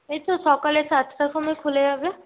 এই তো সকালে সাতটার সময় খুলে যাবে